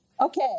Okay